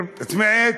סמעת?